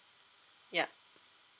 yeah